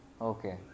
Okay